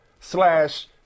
slash